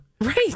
Right